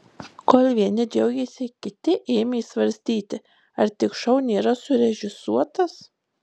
kol vieni džiaugėsi kiti ėmė svarstyti ar tik šou nėra surežisuotas